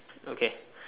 okay